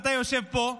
אתה יושב פה,